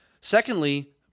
Secondly